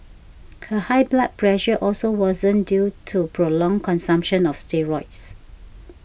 her high blood pressure also worsened due to prolonged consumption of steroids